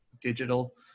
digital